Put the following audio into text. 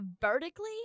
vertically